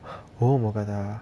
oh mookata